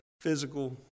physical